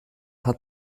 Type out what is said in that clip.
hat